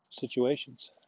situations